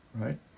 right